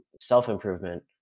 self-improvement